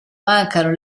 mancano